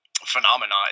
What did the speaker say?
phenomena